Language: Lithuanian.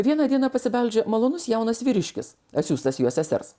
vieną dieną pasibeldžia malonus jaunas vyriškis atsiųstas jo sesers